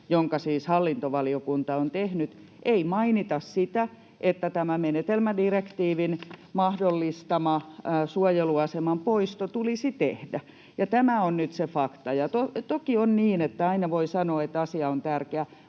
jonka siis hallintovaliokunta on tehnyt, ei mainita sitä, että tämä menetelmä, direktiivin mahdollistama suojeluaseman poisto, tulisi tehdä. Tämä on nyt se fakta. Toki on niin, että aina voi sanoa, että asia on tärkeä.